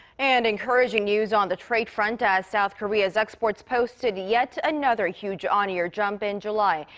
and encouraging news on the trade front. as south korea's exports posted yet another huge on-year jump in july.